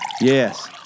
Yes